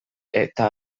eta